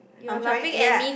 I'm trying ya